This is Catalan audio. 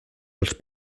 els